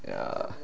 ya